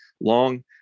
long